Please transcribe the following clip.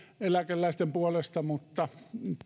eläkeläisten puolesta mutta